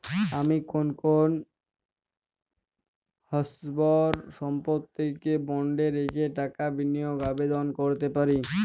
আমি কোন কোন স্থাবর সম্পত্তিকে বন্ডে রেখে টাকা বিনিয়োগের আবেদন করতে পারি?